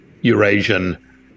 Eurasian